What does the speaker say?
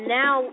now